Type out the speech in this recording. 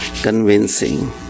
convincing